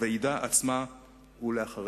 בוועידה עצמה ולאחריה.